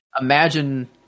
imagine